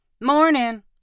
Morning